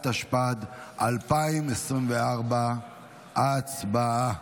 התשפ"ד 2024. הצבעה.